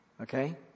Okay